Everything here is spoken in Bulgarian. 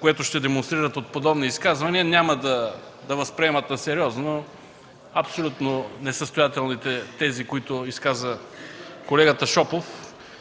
което ще демонстрират от подобни изказвания, няма да възприемат насериозно абсолютно несъстоятелните тези, които изказва колегата Шопов.